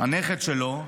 הנכד שלו,